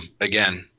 again